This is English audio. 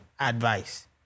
advice